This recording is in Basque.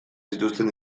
zituzten